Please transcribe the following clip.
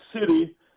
City